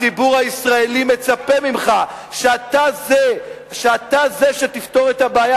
הציבור הישראלי מצפה ממך שאתה תהיה זה שיפתור את הבעיה